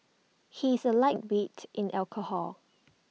he is A lightweight in alcohol